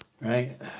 right